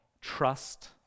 trust